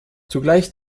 zugleich